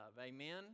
Amen